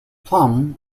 plum